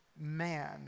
man